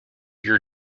your